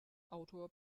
autor